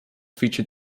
feature